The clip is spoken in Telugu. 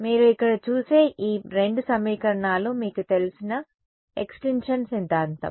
మీరు ఇక్కడ చూసే ఈ రెండు సమీకరణాలు మీకు తెలిసిన ఎక్స్టింక్షన్ సిద్ధాంతం